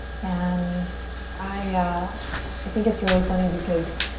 and i ah i think it's really funny because,